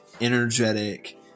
Energetic